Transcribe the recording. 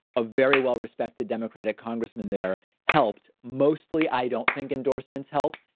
a very wellrespect the democratic congressman there helped mostly, i don't think endorsements help.